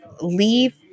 leave